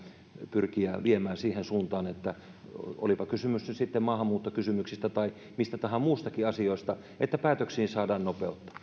pyrkiä viemään siihen suuntaan olipa kysymys nyt sitten maahanmuuttokysymyksistä tai mistä tahansa muistakin asioista että päätöksiin saadaan nopeutta